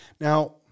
Now